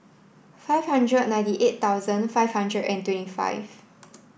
five hundred ninety eight thousand five hundred and twenty five